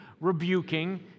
rebuking